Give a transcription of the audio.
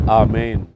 amen